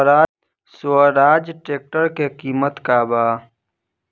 Swaraj tractor के किमत का बा?